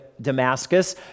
Damascus